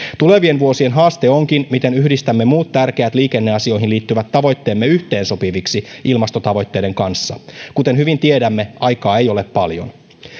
tulevien vuosien haaste onkin miten yhdistämme muut tärkeät liikenneasioihin liittyvät tavoitteemme yhteensopiviksi ilmastotavoitteiden kanssa kuten hyvin tiedämme aikaa ei ole paljon